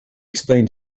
explained